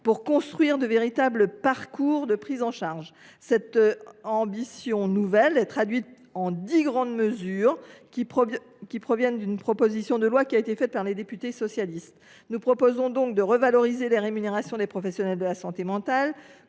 pour construire de véritables parcours de prise en charge. Cette ambition nouvelle est traduite en dix grandes mesures, qui proviennent d’une proposition de loi de nos collègues députés socialistes. Nous proposons : de revaloriser les rémunérations des professionnels de la santé mentale